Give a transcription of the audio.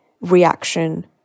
reaction